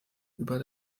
über